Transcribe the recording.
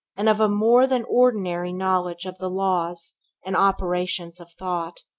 and of a more than ordinary knowledge of the laws and operations of thought.